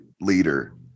leader